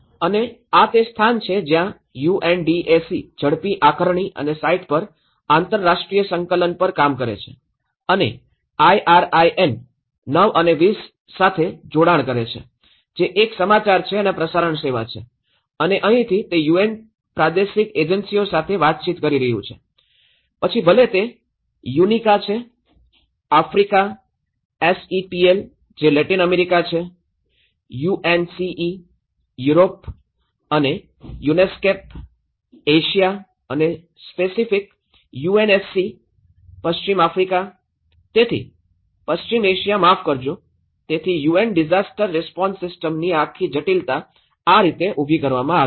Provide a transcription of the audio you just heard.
અને આ તે સ્થાન છે જ્યાં યુએનડીએસી ઝડપી આકારણી અને સાઇટ પર આંતરરાષ્ટ્રીય સંકલન પર કામ કરે છે અને આ આઈઆરઆઈએન 920 સાથે જોડાણ કરે છે જે એક સમાચાર અને પ્રસારણ સેવા છે અને અહીંથી તે યુએન પ્રાદેશિક એજન્સીઓ સાથે વાતચીત કરી રહ્યું છે પછી ભલે તે યુનિકા છે આફ્રિકા સીઈપીએલ જે લેટિન અમેરિકા છે યુએનસીઇ યુરોપ અને યુનેસ્કેપ એશિયા અને પેસિફિક યુએનએસસી પશ્ચિમ આફ્રિકા તેથી પશ્ચિમ એશિયા માફ કરશો તેથી યુએન ડિઝાસ્ટર રિસ્પોન્સ સિસ્ટમની આ આખી જટિલતા આ રીતે ઉભી કરવામાં આવી છે